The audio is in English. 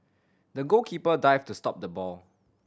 the goalkeeper dived to stop the ball